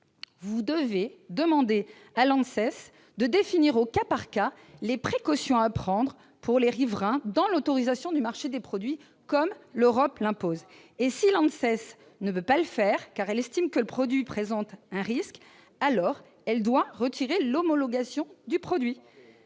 Vous devez demander à l'ANSES de définir au cas par cas les précautions à prendre pour les riverains, dans le cadre des autorisations de mise sur le marché, ainsi que l'Europe l'impose. Si l'ANSES ne veut pas le faire, car elle estime que le produit présente un risque, alors elle doit retirer l'homologation du produit.